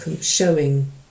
showing